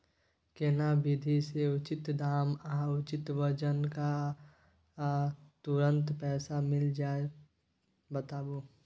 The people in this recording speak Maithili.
केना विधी से उचित दाम आ उचित वजन आ तुरंत पैसा मिल जाय बताबू?